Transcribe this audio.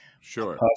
Sure